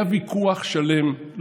היה ויכוח שלם,